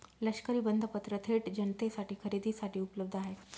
लष्करी बंधपत्र थेट जनतेसाठी खरेदीसाठी उपलब्ध आहेत